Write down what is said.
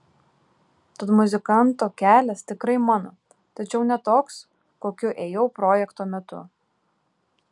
tad muzikanto kelias tikrai mano tačiau ne toks kokiu ėjau projekto metu